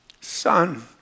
son